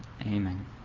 Amen